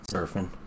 Surfing